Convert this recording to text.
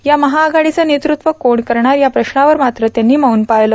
या महाआघाडीचं नेतृत्व कोण करणार या प्रश्नावर मात्र त्यांनी मौन पाळलं